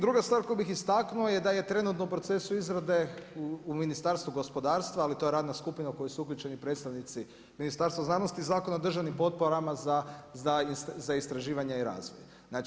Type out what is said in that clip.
Druga stvar koju bih istaknuo je da je trenutno u procesu izrade u Ministarstvu gospodarstva, ali to je radna skupina u koju su uključeni predstavnici Ministarstva znanosti Zakon o državnim potporama za istraživanje i razvoj.